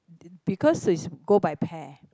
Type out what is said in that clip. th~ because is go by pair